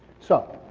so.